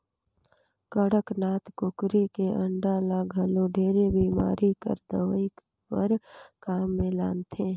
कड़कनाथ कुकरी के अंडा ल घलो ढेरे बेमारी कर दवई बर काम मे लानथे